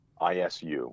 ISU